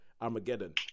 Armageddon